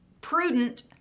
prudent